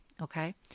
Okay